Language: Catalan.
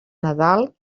nadal